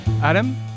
Adam